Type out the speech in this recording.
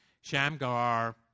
Shamgar